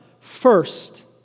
first